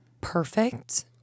perfect